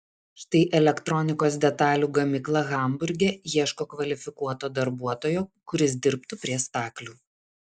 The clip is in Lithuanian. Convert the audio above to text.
štai elektronikos detalių gamykla hamburge ieško kvalifikuoto darbuotojo kuris dirbtų prie staklių